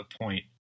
point